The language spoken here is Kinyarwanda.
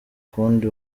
kundi